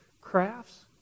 crafts